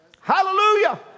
Hallelujah